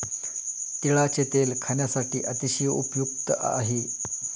तिळाचे तेल खाण्यासाठी अतिशय उपयुक्त आहे